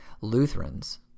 Lutherans